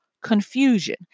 confusion